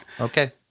Okay